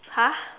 !huh!